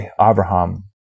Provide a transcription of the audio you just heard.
Abraham